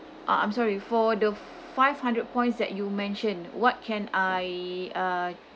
uh I'm sorry for the five hundred points that you mentioned what can I uh